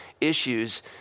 issues